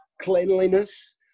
cleanliness